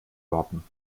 worten